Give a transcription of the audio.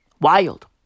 Wild